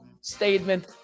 statement